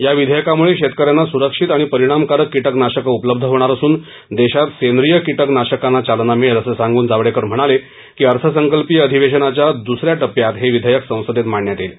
या विधेयकामुळे शेतकऱ्यांना सुरक्षित आणि परिणामकारक कीटकनाशकं उपलब्ध होणार असून देशात सेंद्रिय कीटकनाशकांना चालना मिळेल असं सांगून जावडेकर म्हणाले की अर्थसंकल्पीय अधिवेशनाच्या दुसऱ्या टप्प्यात हे विधेयक संसदेत मांडण्यात येईल